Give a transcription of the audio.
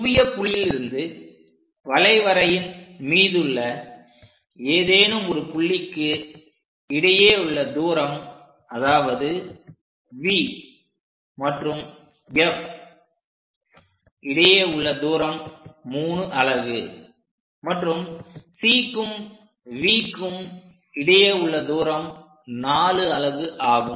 குவிய புள்ளியிலிருந்து வளைவரையின் மீதுள்ள ஏதேனும் ஒரு புள்ளிக்கு இடையே உள்ள தூரம் அதாவது V மற்றும் F இடையே உள்ள தூரம் 3 அலகு மற்றும் Cக்கும் Vக்கும் இடையே உள்ள தூரம் 4 அலகு ஆகும்